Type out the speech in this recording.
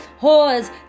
whores